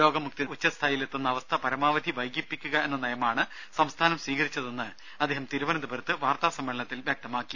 രോഗം ഉച്ചസ്ഥായിയിൽ എത്തുന്ന അവസ്ഥ പരമാവധി വൈകിപ്പിക്കുക എന്ന നയമാണ് സംസ്ഥാനം സ്വീകരിച്ചതെന്ന് അദ്ദേഹം തിരുവനന്തപുരത്ത് വാർത്താ സമ്മേളനത്തിൽ വ്യക്തമാക്കി